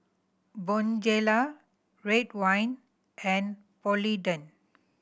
Bonjela Ridwind and Polident